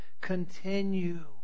continue